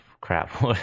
Crap